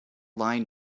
line